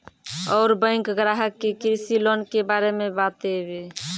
और बैंक ग्राहक के कृषि लोन के बारे मे बातेबे?